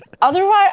Otherwise